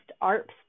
ARP's